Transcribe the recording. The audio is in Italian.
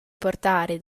portare